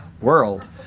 world